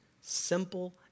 simple